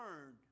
learned